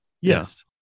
yes